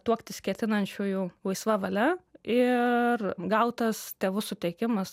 tuoktis ketinančiųjų laisva valia ir gautas tėvų suteikimas